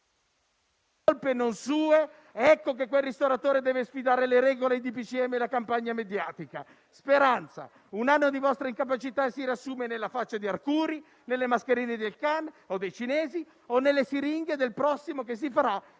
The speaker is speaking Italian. ...di colpe non sue, ecco che quel ristoratore deve sfidare le regole, i DPCM e la campagna mediatica. Speranza, un anno di vostra incapacità si riassume nella faccia di Arcuri, nelle mascherine di Elkann o dei cinesi, o nelle siringhe del prossimo che si farà